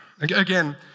again